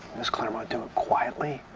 ms. clairmont, do it quietly.